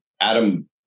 Adam